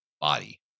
body